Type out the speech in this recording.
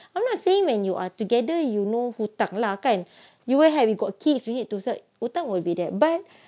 I am not saying when you are together you know hutang lah kan you will have you got kids already hutang will be there but